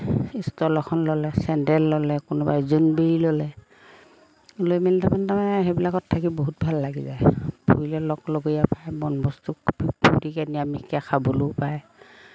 stall এখন ল'লে sandal ল'লে কোনোবাই জোনবিৰি ল'লে লৈ মেলি তাৰমানে তাৰমানে সেইবিলাকত থাকি বহুত ভাল লাগিলে ফুৰিলে লগ লগৰীয়া বন বস্তু ফূৰ্তিকৈ নিৰামিষকৈ খাবলৈয়ো পায়